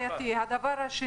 הדבר הזה בעייתי.